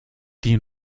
die